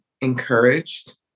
encouraged